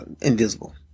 invisible